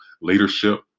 leadership